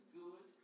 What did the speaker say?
good